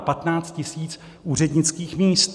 Patnáct tisíc úřednických míst.